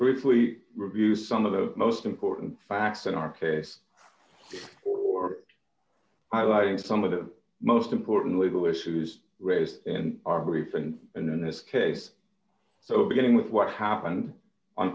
briefly review some of the most important facts in our case for i like some of the most important legal issues raised in our recent and in this case so beginning with what happened on